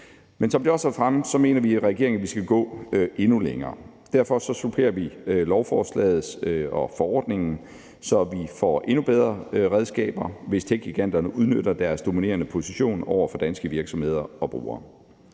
Men som det også har været fremme, mener vi i regeringen, at vi skal gå endnu længere. Derfor supplerer vi lovforslaget og forordningen, så vi får endnu bedre redskaber, hvis techgiganterne udnytter deres dominerende position over for danske virksomheder og brugere.